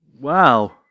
Wow